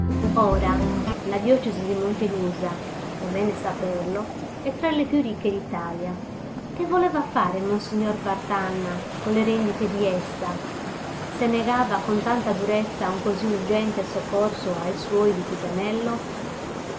ora la diocesi di montelusa è bene saperlo è tra le più ricche d'italia che voleva fare monsignor partanna con le rendite di essa se negava con tanta durezza un così urgente soccorso a suoi di pisanello